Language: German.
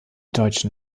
deutschen